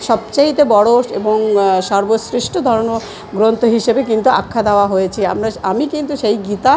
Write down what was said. সব চাইতে বড় এবং সর্বশ্রেষ্ঠ ধর্ম গ্রন্থ হিসেবে কিন্তু আখ্যা দেওয়া হয়েছে আমরা আমি কিন্তু সেই গীতা